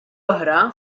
oħra